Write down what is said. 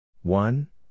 One